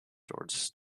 doors